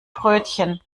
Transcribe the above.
brötchen